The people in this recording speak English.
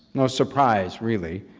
no surprise really,